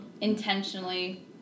intentionally